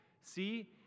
See